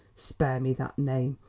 spare me that name,